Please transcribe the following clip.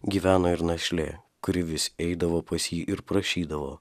gyveno ir našlė kuri vis eidavo pas jį ir prašydavo